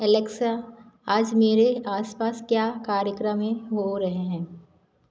Alexa आज मेरे आसपास क्या कार्यक्रमएँ हो रहे हैं